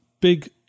big